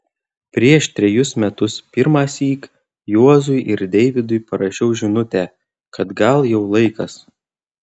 prieš trejus metus pirmąsyk juozui ir deivydui parašiau žinutę kad gal jau laikas